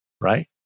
right